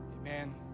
Amen